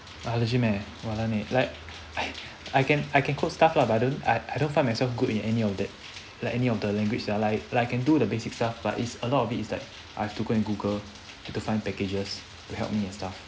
uh legit meh walan eh like I I can I can code stuff lah but I don't I I don't find myself good in any of that like any of the language ah like like I can do the basic stuff but it's a lot of it is like I have to go and google to find packages to help me and stuff